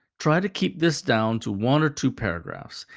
try to keep this down to one or two paragraphs.